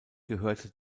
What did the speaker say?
gehörte